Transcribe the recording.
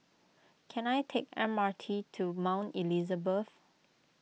can I take M R T to Mount Elizabeth